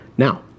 Now